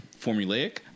formulaic